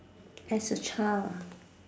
as a child ah